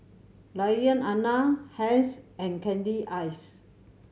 Lilianna Hence and Candyce